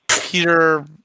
Peter